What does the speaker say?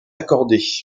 accordée